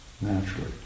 Naturally